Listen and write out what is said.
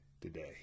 today